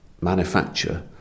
manufacture